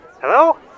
Hello